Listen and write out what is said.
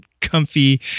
comfy